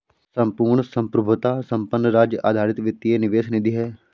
संपूर्ण संप्रभुता संपन्न राज्य आधारित वित्तीय निवेश निधि है